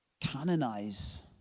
canonize